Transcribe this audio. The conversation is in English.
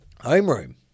Homeroom